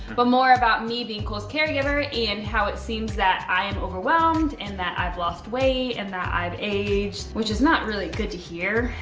but more about me being cole's caregiver. and how it seems that i am overwhelmed and that i have lost weight and that i have aged. which is not really good to hear,